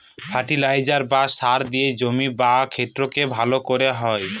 fertiliser বা সার দিয়ে জমির বা ক্ষেতকে ভালো করা হয়